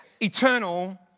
eternal